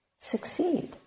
succeed